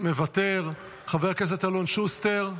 מוותר, חבר הכנסת אלון שוסטר,